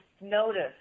notice